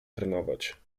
trenować